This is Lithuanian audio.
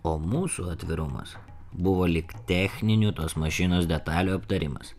o mūsų atvirumas buvo lyg techninių tos mašinos detalių aptarimas